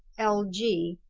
l. g.